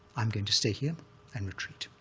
i'm going to stay here and retreat.